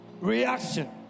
reaction